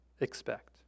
expect